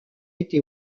été